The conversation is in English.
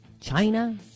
China